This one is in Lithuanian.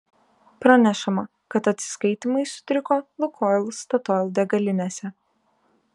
pranešama kad atsiskaitymai sutriko lukoil statoil degalinėse